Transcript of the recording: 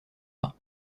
vain